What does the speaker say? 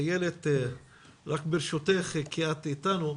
אילת ברשותך כי את איתנו,